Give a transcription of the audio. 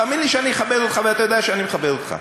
תאמין לי שאני אכבד אותך ואתה יודע שאני מכבד אותך.